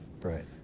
right